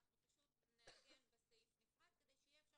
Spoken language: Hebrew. אנחנו פשוט נארגן בסעיף נפרד כדי שאפשר